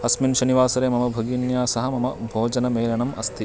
अस्मिन् शनिवासरे मम भगिन्या सह मम भोजनमेलनम् अस्ति